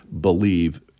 believe